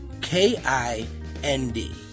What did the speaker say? K-I-N-D